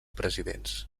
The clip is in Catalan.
presidents